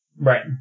Right